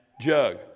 jug